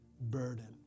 burden